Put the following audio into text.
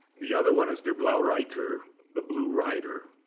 the other one is der blaue reiter, the blue rider.